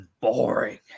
boring